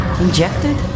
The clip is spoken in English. Injected